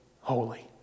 holy